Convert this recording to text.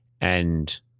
and-